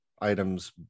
items